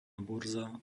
burza